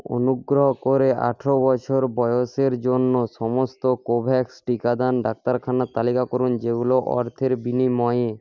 অনুগ্রহ করে আঠারো বছর বয়সের জন্য সমস্ত কোভোভ্যাক্স টিকাদান ডাক্তারখানার তালিকা করুন যেগুলো অর্থের বিনিময়ে